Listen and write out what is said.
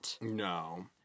No